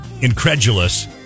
incredulous